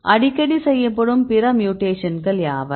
அடிக்கடி செய்யப்படும் பிற மியூடேக்ஷன்கள் யாவை